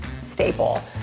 staple